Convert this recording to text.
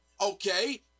Okay